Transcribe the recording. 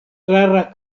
rara